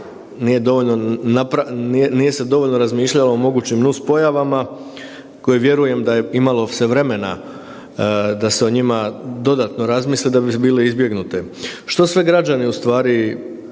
nije se dovoljno razmišljalo o mogućnim nus pojavama koje vjerujem da je imalo se vremena da se o njima dodatno razmisli da bi bile izbjegnute. Što sve građani u stvari